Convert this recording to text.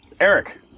eric